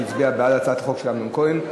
שהצביעה בעד הצעת החוק של אמנון כהן.